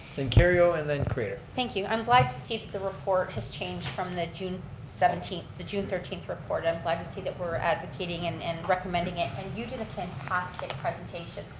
then kerrio and then craitor. thank you, i'm glad like to see that the report has changed from the june seventeenth, the june thirteenth report, i'm glad to see that we're advocating and and recommending it. and you did a fantastic presentation.